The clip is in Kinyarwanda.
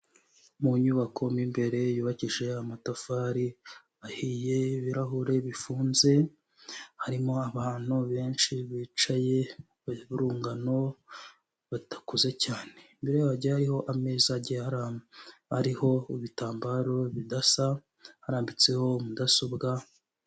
Mu nyubako mo imbere yubakishije amatafari ahiye ibirahure bifunze, harimo abantu benshi bicaye burungano batakuze cyane, mbere hajya hariho ameza agera hariho ibitambaro bidasa harambitseho mudasobwa.